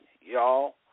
y'all